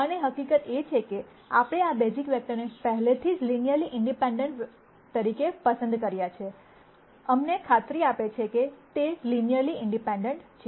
અને હકીકત એ છે કે આપણે આ બેઝિક વેક્ટરને પહેલેથી જ લિનયરલી ઇંડિપેંડેન્ટ તરીકે પસંદ કર્યા છે અમને ખાતરી આપે છે કે તે લિનયરલી ઇંડિપેંડેન્ટ છે